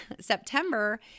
September